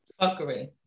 fuckery